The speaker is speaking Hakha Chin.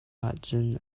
ahcun